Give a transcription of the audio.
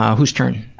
who's turn?